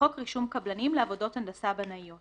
לחוק רישום קבלנים לעבודות הנדסה בנאיות,